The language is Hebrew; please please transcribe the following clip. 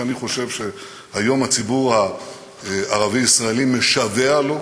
שאני חושב שהיום הציבור הערבי-ישראלי משווע להם,